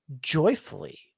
joyfully